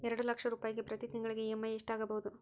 ಎರಡು ಲಕ್ಷ ರೂಪಾಯಿಗೆ ಪ್ರತಿ ತಿಂಗಳಿಗೆ ಇ.ಎಮ್.ಐ ಎಷ್ಟಾಗಬಹುದು?